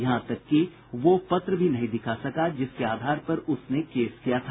यहां तक कि वह वो पत्र भी नहीं दिखा सका जिसके आधार पर उसने केस किया था